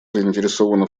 заинтересована